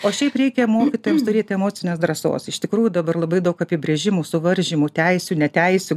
o šiaip reikia mokytojams turėtų emocinės drąsos iš tikrųjų dabar labai daug apibrėžimų suvaržymų teisių neteisių